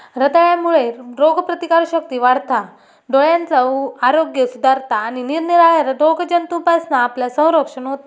रताळ्यांमुळे रोगप्रतिकारशक्ती वाढता, डोळ्यांचा आरोग्य सुधारता आणि निरनिराळ्या रोगजंतूंपासना आपला संरक्षण होता